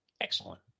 Excellent